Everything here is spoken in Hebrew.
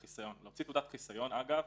להוציא תעודת חיסיון אגב,